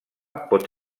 pot